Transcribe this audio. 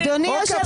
אוקיי,